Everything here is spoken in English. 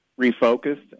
refocused